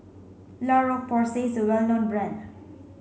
La Roche Porsay is a well known brand